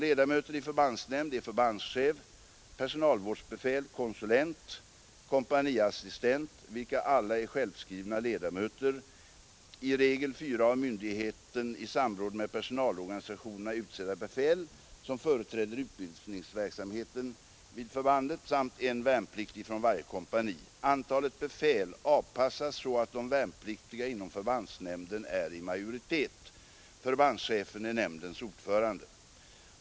Ledamöter i förbandsnämd är förbandschef, personalvårdsbefäl, konsulent , kompania: istent, vilka alla är självskrivna ledamöter, i regel fyra av myndigheten i samråd med personalorganisationerna utsedda bi , som företräder utbildningsverksamhet vid förbandet, samt en värnpliktig från varje kompani. Antalet befäl avpas att de värnpliktiga inom förbandsnämnden är i majoritet. Förbandschefen är nämndens ordförande.